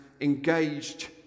engaged